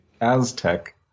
Aztec